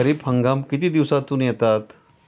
खरीप हंगाम किती दिवसातून येतात?